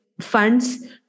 funds